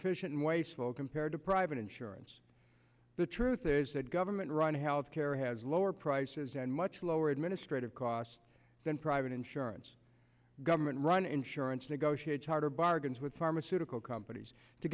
inefficient wasteful compared to private insurance the truth is that government run health care has lower prices and much lower administrative costs than private insurance government run insurance negotiate harder bargains with pharmaceutical companies to